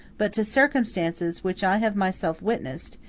but to circumstances which i have myself witnessed,